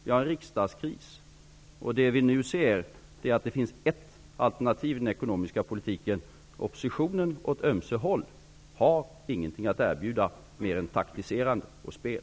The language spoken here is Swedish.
Vi har en riksdagskris. Vi kan nu se att det finns ett alternativ i den ekonomiska politiken. Oppositionen åt ömse håll har ingenting att erbjuda mer än taktiserande och spel.